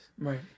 Right